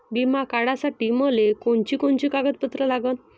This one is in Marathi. बिमा काढासाठी मले कोनची कोनची कागदपत्र लागन?